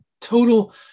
total